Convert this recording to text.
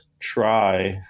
try